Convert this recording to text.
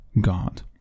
God